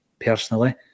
personally